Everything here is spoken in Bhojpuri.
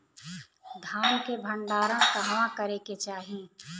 धान के भण्डारण कहवा करे के चाही?